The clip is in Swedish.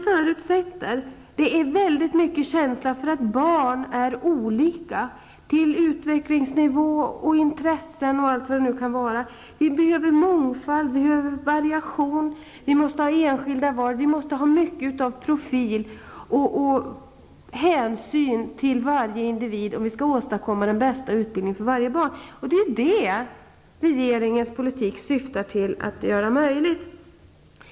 Förutsättningen är mycket känsla för att barn är olika, i fråga om utvecklingsnivå, intressen m.m. Vad som behövs är mångfald och variation, möjlighet till enskilda val, mycket av profil och hänsyn till varje individ, om vi skall åstadkomma den bästa utbildningen för varje barn. Det är det regeringens politik syftar till att göra möjligt.